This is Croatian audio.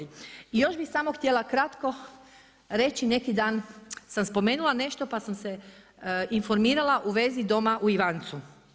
Još bi samo htjela kratko, reći, neki dan sam spomenula nešto, pa sam se informirala u vezi doma u Ivancu.